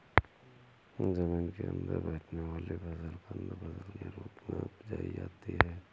जमीन के अंदर बैठने वाली फसल कंद फसल के रूप में उपजायी जाती है